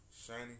Shiny